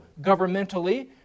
governmentally